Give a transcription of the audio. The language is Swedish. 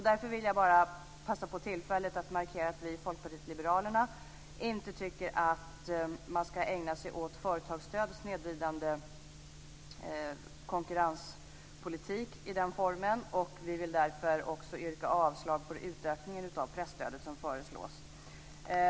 Därför vill jag bara passa på tillfället att markera att vi i Folkpartiet liberalerna inte tycker att man ska ägna sig åt företagsstöd och snedvridande konkurrenspolitik i den formen, och vi vill därför också yrka avslag på den utökning av presstödet som föreslås.